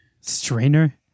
strainer